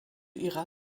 ihrer